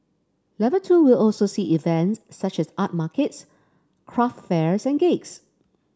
level two will also see events such as art markets craft fairs and gigs